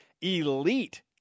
elite